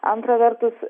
antra vertus